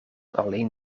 alleen